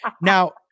now